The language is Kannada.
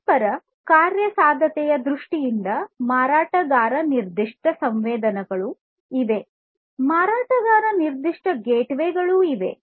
ಪರಸ್ಪರ ಕಾರ್ಯಸಾಧ್ಯತೆಯ ದೃಷ್ಟಿಯಿಂದ ಮಾರಾಟಗಾರ ನಿರ್ದಿಷ್ಟ ಸಂವೇದಕಗಳು ಇವೆ ಮಾರಾಟಗಾರ ನಿರ್ದಿಷ್ಟ ಗೇಟ್ವೇ ಗಳು ಇವೆ